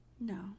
No